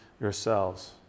yourselves